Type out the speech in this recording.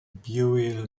burial